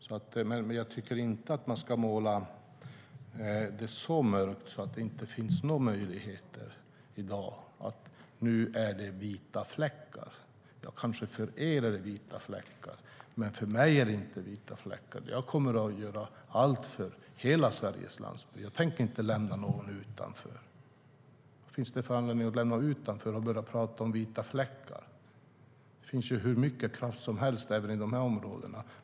Men jag tycker inte att man ska måla upp en så mörk bild som att det inte finns några möjligheter i dag och att de här områdena nu är vita fläckar. För er kanske de är vita fläckar, men för mig är de inte vita fläckar. Jag kommer att göra allt för hela Sveriges landsbygd. Jag tänker inte lämna någon utanför. Vad finns det för anledning att lämna utanför och börja prata om vita fläckar? Det finns ju hur mycket kraft som helst även i de här områdena.